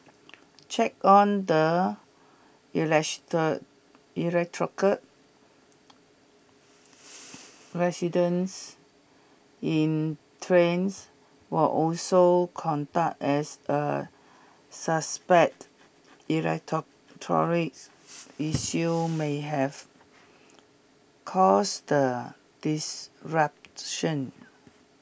check on the electrical residence in trains were also conduct as a suspected issue may have caused the disruption